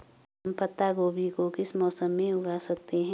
हम पत्ता गोभी को किस मौसम में उगा सकते हैं?